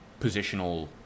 positional